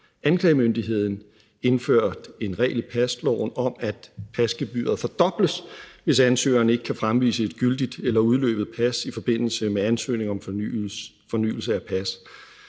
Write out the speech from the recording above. anklagemyndigheden indført en regel i pasloven om, at pasgebyret fordobles, hvis ansøgeren ikke kan fremvise et gyldigt pas eller et udløbet pas i forbindelse med ansøgningen om fornyelse af pas,